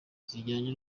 zijyanye